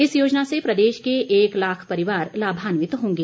इस योजना से प्रदेश के एक लाख परिवार लाभान्वित होंगे